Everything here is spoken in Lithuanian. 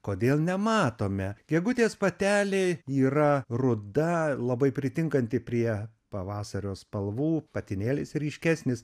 kodėl nematome gegutės patelė yra ruda labai pritinkanti prie pavasario spalvų patinėlis ryškesnis